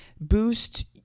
Boost